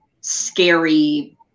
scary